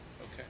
Okay